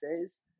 says